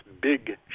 big